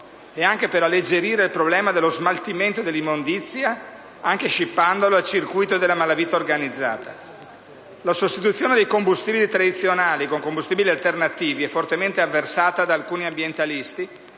scopo di alleggerire il problema dello smaltimento dell'immondizia, anche scippandolo al circuito della malavita organizzata. La sostituzione dei combustibili tradizionali con i combustibili alternativi è fortemente avversata da alcuni ambientalisti,